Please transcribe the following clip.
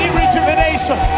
rejuvenation